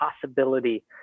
possibility